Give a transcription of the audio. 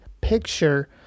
picture